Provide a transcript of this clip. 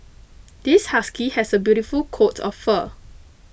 this husky has a beautiful coat of fur